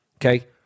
Okay